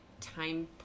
time